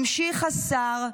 המשיך השר: